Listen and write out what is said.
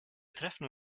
treffen